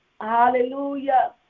Hallelujah